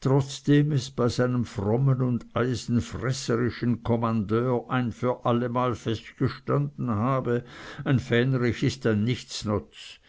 trotzdem es bei seinem frommen und eisenfresserischen kommandeur ein für allemal festgestanden habe ein fähnrich ist ein nichtsnutz